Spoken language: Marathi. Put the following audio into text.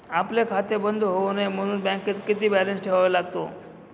आपले खाते बंद होऊ नये म्हणून बँकेत किती बॅलन्स ठेवावा लागतो?